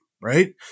right